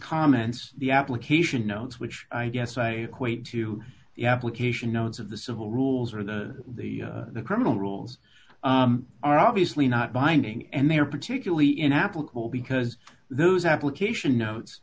comments the application notes which i guess i quaint to the application notes of the civil rules or the the the criminal rules are obviously not binding and they are particularly in applicable because those application notes